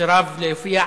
וסירב להופיע.